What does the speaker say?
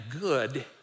good